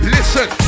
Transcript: Listen